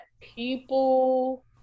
people